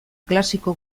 klasiko